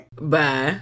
Bye